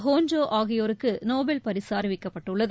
Honjo ஆகியோருக்கு Nobel பரிசு அறிவிக்கப்பட்டுள்ளது